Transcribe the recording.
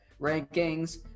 rankings